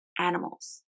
animals